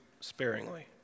sparingly